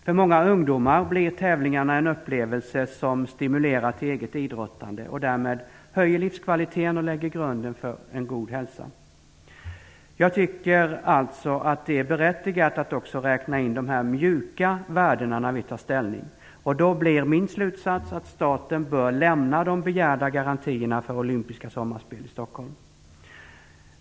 För många ungdomar blir tävlingarna en upplevelse som stimulerar till eget idrottande och därmed höjer livskvaliteten och lägger grunden för en god hälsa. Jag tycker alltså att det är berättigat att också räkna in de här mjuka värdena när vi tar ställning. Min slutsats blir då att staten bör lämna de begärda garantierna för olympiska sommarspel i Stockholm.